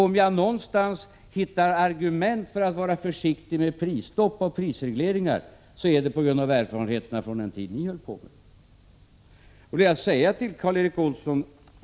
Om jag någonstans hittar argument för att vara försiktig med prisstopp och prisregleringar är det i erfarenheterna från den tid ni höll på med sådant.